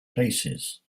places